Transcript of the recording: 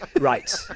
Right